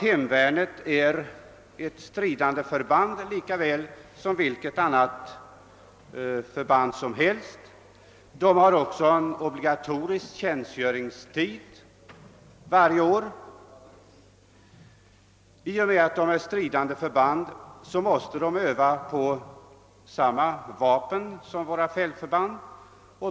Hemvärnet är nämligen ett stridande förband som vilket annat förband som helst. Man har där också obligatorisk tjänstgöring ett antal tummar varje år. Eftersom hemvärnet är ett stridande förband måste man där också öva med samma vapen som fältförbanden.